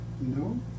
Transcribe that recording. no